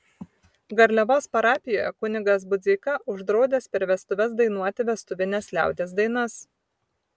garliavos parapijoje kunigas budzeika uždraudęs per vestuves dainuoti vestuvines liaudies dainas